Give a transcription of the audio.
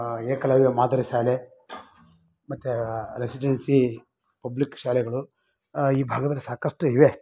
ಏಕಲವ್ಯ ಮಾದರಿ ಶಾಲೆ ಮತ್ತು ರೆಸಿಡೆನ್ಸಿ ಪಬ್ಲಿಕ್ ಶಾಲೆಗಳು ಈ ಭಾಗದಲ್ಲಿ ಸಾಕಷ್ಟು ಇವೆ